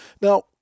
Now